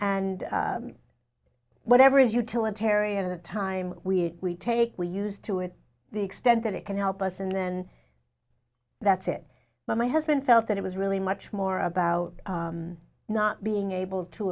and whatever is utilitarian of the time we take we used to it the extent that it can help us in then that's it but my husband felt that it was really much more about not being able to